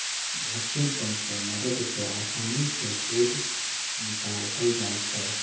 vacuum pump के मदद से आसानी से दूध निकाकलल जाइ छै